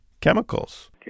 chemicals